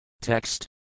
Text